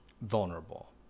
vulnerable